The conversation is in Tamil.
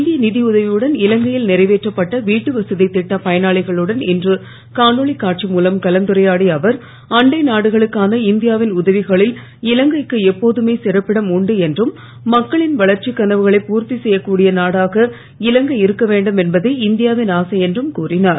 இந்திய நிதி உதவியுடன் இலங்கை யில் நிறைவேற்றப்பட்ட வீட்டுவசதி திட்டப் பயனாளிகளுடன் இன்று காணொலி காட்சி மூலம் கலந்துரையாடிய அவர் அண்டை நாடுகளுக்கான இந்தியா வின் உதவிகளில் இலங்கை க்கு எப்போதுமே சிறப்பிடம் உண்டு என்றும் மக்களின் வளர்ச்சிக் கனவுகளை பூர்த்தி செய்யக்கூடிய நாடாக இலங்கை இருக்கவேண்டும் என்பதே இந்தியா வின் ஆசை என்றும் கூறிஞர்